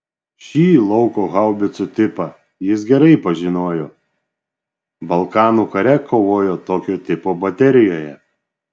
šį lauko haubicų tipą jis gerai pažinojo balkanų kare kovojo tokio tipo baterijoje